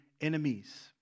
enemies